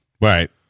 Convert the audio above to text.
Right